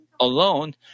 alone